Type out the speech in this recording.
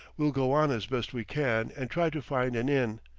we'll go on as best we can and try to find an inn.